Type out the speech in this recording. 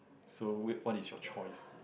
so we what is your choice